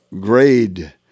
grade